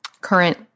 Current